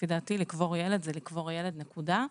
לדעתי לקבור ילד זה לקבור ילד, נקודה.